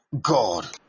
God